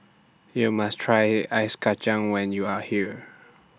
YOU must Try An Ice Kachang when YOU Are here